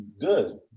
good